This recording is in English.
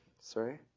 sorry